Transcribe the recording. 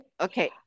Okay